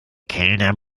kellner